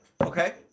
Okay